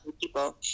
people